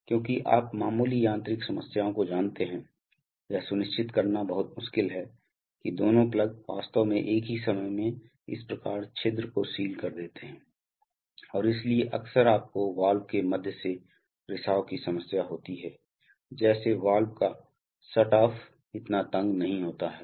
क्योंकि आप मामूली यांत्रिक समस्याओं को जानते हैं यह सुनिश्चित करना बहुत मुश्किल है कि दोनों प्लग वास्तव में एक ही समय में इस प्रकार छिद्र को सील कर देते हैं और इसलिए अक्सर आपको वाल्व के मध्य से रिसाव की समस्या होती है जैसे वाल्व का शट ऑफ इतना तंग नहीं होता है